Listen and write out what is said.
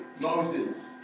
Moses